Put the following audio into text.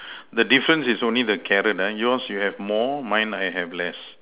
the difference is only the carrot uh yours you have more mine I have less